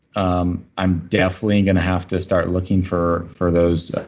um i'm definitely going to have to start looking for for those